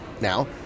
Now